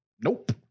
Nope